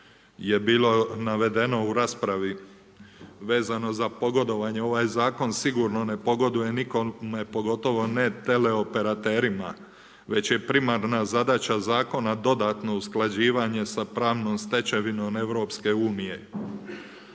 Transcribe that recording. je bilo navedeno u raspravi, vezano za pogodovanje. Ovaj zakon sigurno ne pogoduje nikome pogotovo ne teleoperaterima, već je primarna zadaća zakona dodatno usklađivanje sa pravnom stečevinom EU i